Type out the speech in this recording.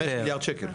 5 מיליארד ₪.